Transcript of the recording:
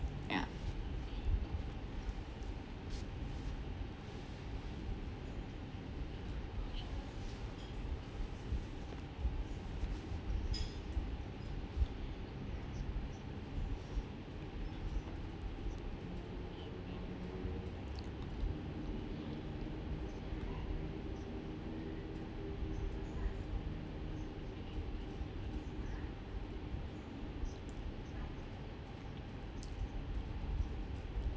ya